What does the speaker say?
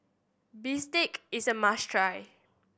bistake is a must try